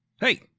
Hey